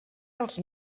dels